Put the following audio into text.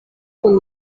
kun